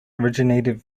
originated